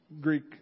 Greek